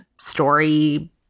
story